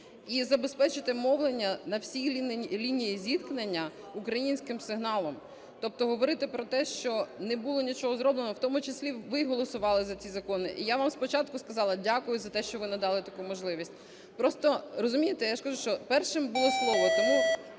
і забезпечити мовлення на всій лінії зіткнення українським сигналом. Тобто говорити про те, що не було нічого зроблено… В тому числі ви голосували за ці закони. І я вам спочатку сказала дякую за те, що ви надали таку можливість. Просто, розумієте, я ж кажу, що першим було Слово, тому